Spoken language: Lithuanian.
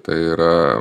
tai yra